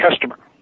customer